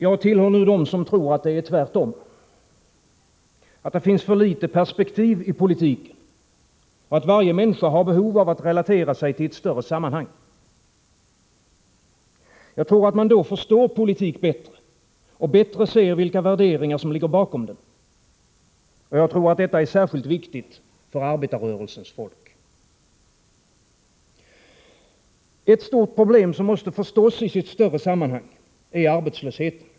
Jag tillhör dem som tror att det är tvärtom, att det finns för litet perspektiv i politiken och att varje människa har behov av att relatera sig till ett större sammanhang. Jag tror att man då förstår politik bättre och bättre ser vilka värderingar som ligger bakom den. Jag tror också att det är särskilt viktigt för arbetarrörelsens folk. Ett stort problem, som måste förstås i sitt större sammanhang, är arbetslösheten.